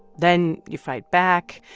then you fight back.